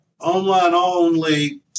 Online-only